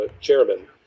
Chairman